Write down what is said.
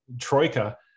Troika